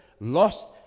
lost